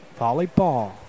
Volleyball